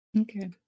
Okay